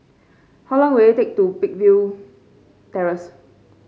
how long will it take to Peakville Terrace